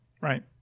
Right